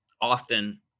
often